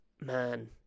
man